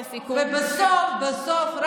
ובסוף בסוף,